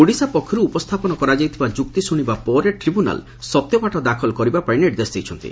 ଓଡ଼ିଶା ପକ୍ଷରୁ ଉପସ୍ଥାପନ କରାଯାଇଥିବା ଯୁକ୍ତି ଶୁଣିବା ପରେ ଟିବ୍ୟୁନାଲ୍ ସତ୍ୟପାଠ ଦାଖଲ କରିବାପାଇଁ ନିର୍ଦ୍ଦେଶ ଦେଇଛନ୍ତି